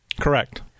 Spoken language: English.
Correct